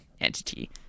entity